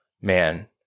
man